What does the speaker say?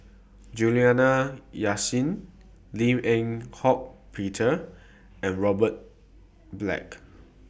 Juliana Yasin Lim Eng Hock Peter and Robert Black